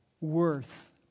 worth